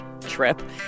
trip